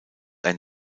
ein